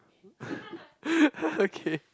okay